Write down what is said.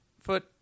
foot